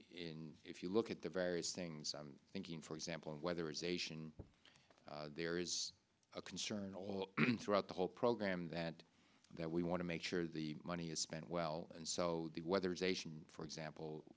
in if you look at the various things i'm thinking for example whether as a sion there is a concern all throughout the whole program that that we want to make sure the money is spent well and so the whether zation for example